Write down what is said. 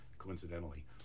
coincidentally